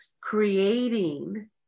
creating